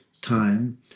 time